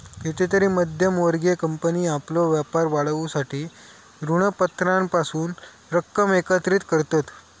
कितीतरी मध्यम वर्गीय कंपनी आपलो व्यापार वाढवूसाठी ऋणपत्रांपासून रक्कम एकत्रित करतत